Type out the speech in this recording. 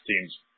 teams